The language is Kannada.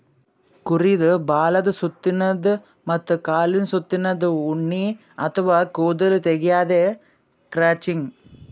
ಕುರಿದ್ ಬಾಲದ್ ಸುತ್ತಿನ್ದ ಮತ್ತ್ ಕಾಲಿಂದ್ ಸುತ್ತಿನ್ದ ಉಣ್ಣಿ ಅಥವಾ ಕೂದಲ್ ತೆಗ್ಯದೆ ಕ್ರಚಿಂಗ್